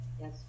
Yes